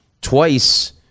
twice